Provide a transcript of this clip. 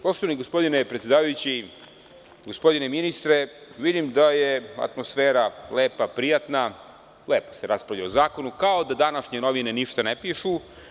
Poštovani gospodine predsedavajući, gospodine ministre, vidim da je atmosfera lepa, prijatna, lepo se raspravlja o zakonu, kao da današnje novine ništa ne pišu.